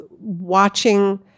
watching